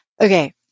okay